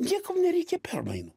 niekam nereikia permainų